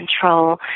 control